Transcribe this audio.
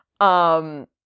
Um-